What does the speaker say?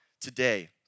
today